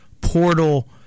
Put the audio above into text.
portal –